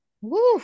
Woo